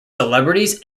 celebrities